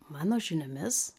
mano žiniomis